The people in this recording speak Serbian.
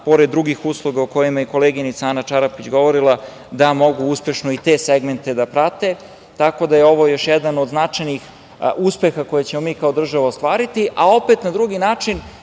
pored drugih usluga, o kojima i koleginica Ana Čarapić govorila, da mogu uspešno i te segmente da prate. Tako da je ovo još jedan od značajnih uspeha koje ćemo mi kao država ostvariti, a opet na drugi način